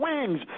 wings